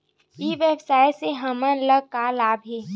ई व्यवसाय से हमन ला का लाभ हे?